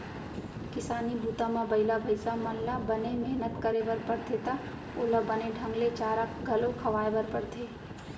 किसानी बूता म बइला भईंसा मन ल बने मेहनत करे बर परथे त ओला बने ढंग ले चारा घलौ खवाए बर परथे